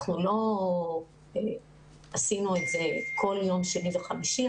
אנחנו לא עשינו את זה כל יום שני וחמישי,